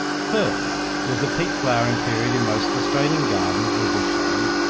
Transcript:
first, there is a peak flowering period in most australian gardens and bushland,